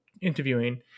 interviewing